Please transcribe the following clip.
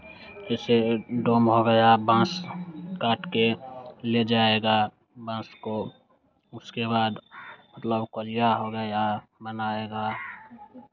इससे ये डोम हो गया बांस काट के ले जाएगा बांस को उसके बाद लौहकलिया हो गया बनाएगा